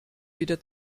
wieder